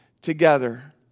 together